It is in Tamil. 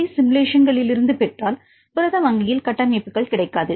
டி சிமுலேஷன்களிலிருந்து பெற்றால் புரத வங்கியில் கட்டமைப்புகள் கிடைக்காது